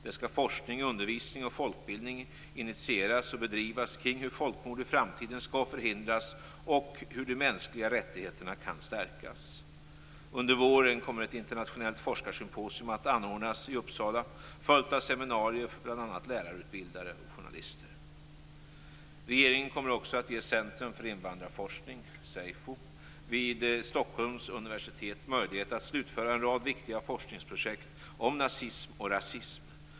Där skall forskning, undervisning och folkbildning initieras och bedrivas kring hur folkmord i framtiden skall förhindras och hur de mänskliga rättigheterna kan stärkas. Under våren kommer ett internationellt forskarsymposium att anordnas i Uppsala, följt av seminarier för bl.a. lärarutbildare och journalister. Regeringen kommer också att ge Centrum för invandrarforskning, Ceifo, vid Stockholms universitet möjlighet att slutföra en rad viktiga forskningsprojekt om nazism och rasism.